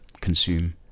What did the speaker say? consume